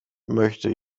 möchte